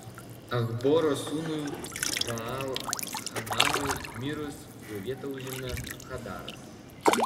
achboro sūnui baal hananui mirus jo vietą užėmė hadaras